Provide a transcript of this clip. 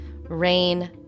rain